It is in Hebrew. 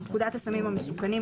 התשי"ז 1957 ; (5)פקודת הסמים המסוכנים ,